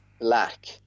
black